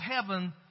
heaven